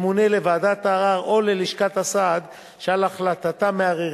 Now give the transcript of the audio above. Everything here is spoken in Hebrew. עובד לשכת הסעד שעל החלטתה מערערים,